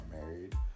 married